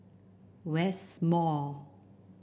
West Mall